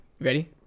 ready